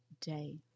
day